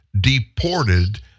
deported